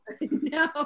no